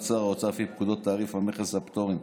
שר האוצר לפי פקודת תעריף המכס והפטורים,